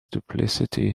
duplicity